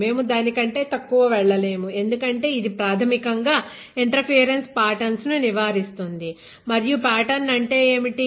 మేము దానికంటే తక్కువ వెళ్ళలేము ఎందుకంటే ఇది ప్రాథమికంగా ఇంటర్ఫేరెన్సు పాటర్న్స్ ను నివారిస్తుంది మరియు పాటర్న్ అంటే ఏమిటి